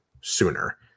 sooner